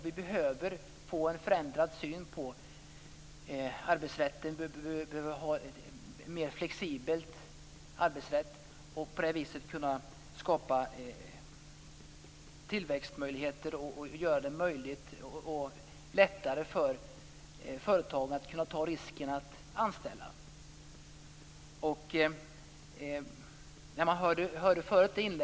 Vi behöver få en förändrad syn på arbetsrätten - vi behöver en mera flexibel arbetsrätt - för att på det viset kunna skapa tillväxtmöjligheter och möjliggöra och underlätta för företagen att ta risken att anställa.